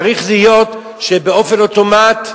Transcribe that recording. צריך להיות שבאופן אוטומטי